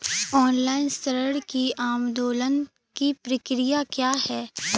Online ऋण आवेदन की प्रक्रिया क्या है?